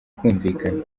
kumvikana